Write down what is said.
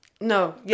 No